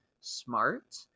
smart